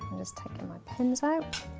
just taking my pins out.